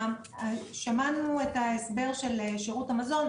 שמענו את ההסבר של שירות המזון,